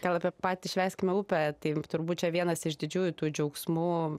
gal apie patį švęskime upę tai turbūt čia vienas iš didžiųjų tų džiaugsmų